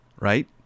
right